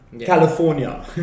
California